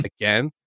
again